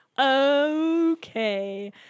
okay